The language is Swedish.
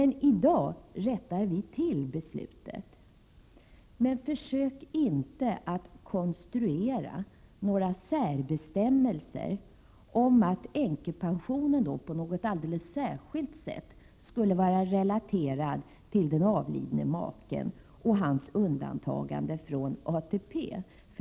I dag rättar vi till beslutet. Men försök inte att konstruera några särbestämmelser om att änkepensionen är relaterad till den avlidne maken och hans undantagande från ATP.